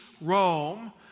Rome